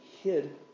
hid